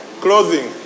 Clothing